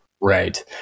right